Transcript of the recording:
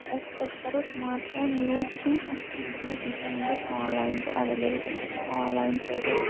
أسۍ کرو smart phone use سُہ چھُنہٕ کانہہ تہِ چیٖز یُس نہٕ وٕنکیس آن لاین چھُ اویلیبٔل أسۍ ہٮ۪کو وٕنکیس آن لاین پٔرِتھ